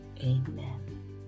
Amen